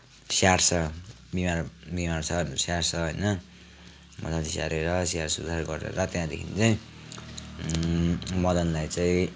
स्याहार्छ बिमार बिमार छ भनेर स्याहार्छ होइन मजाले स्याहारेर स्याहार सुसार गरेर त्यहाँदेखि चाहिँ मदनलाई चाहिँ